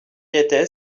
était